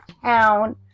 town